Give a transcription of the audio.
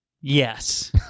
Yes